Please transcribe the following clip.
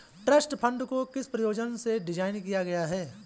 Trust fund को किस प्रयोजन से डिज़ाइन किया गया है?